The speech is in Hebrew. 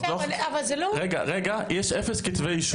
יש אפס כתבי אישום.